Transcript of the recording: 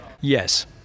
Yes